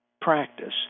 practice